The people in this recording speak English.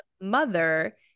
mother